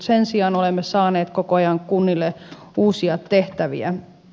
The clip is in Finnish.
sen sijaan olemme saaneet koko ajan kunnille uusia tehtäviä